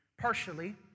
Partially